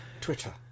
Twitter